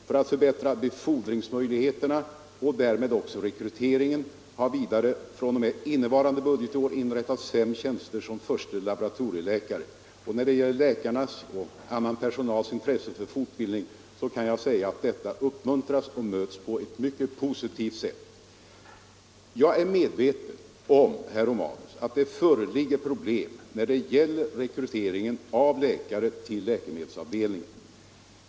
För att förbättra befordringsmöjligheterna, och därmed rekryteringen, har vidare fr.o.m. innevarande budgetår inrättats fem tjänster som förste laboratorieläkare. När det gäller läkarnas och annan personals intresse för fortbildning kan jag säga att detta uppmuntras och möts på ett positivt sätt. Jag är medveten om, herr Romanus, att det föreligger problem när det gäller rekryteringen av läkare till läkemedelsavdelningen.